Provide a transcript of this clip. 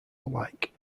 alike